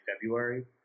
February